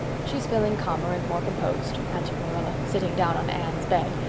she's feeling calmer and more composed, answered marilla, sitting down on anne's bed.